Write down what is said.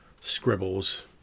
scribbles